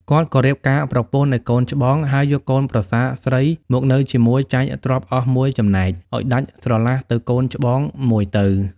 គាត់ក៏រៀបការប្រពន្ធឱ្យ កូនច្បង ហើយយកកូនប្រសាស្រីមកនៅជាមួយចែកទ្រព្យអស់មួយចំណែក ឱ្យដាច់ ស្រឡះទៅកូនច្បងរួចទៅ ។